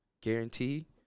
guarantee